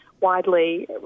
widely